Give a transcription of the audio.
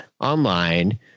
online